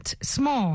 small